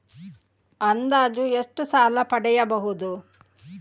ಅಂದಾಜು ಎಷ್ಟು ಸಾಲ ಪಡೆಯಬಹುದು?